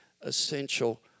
essential